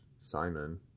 Simon